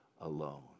alone